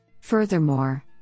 Furthermore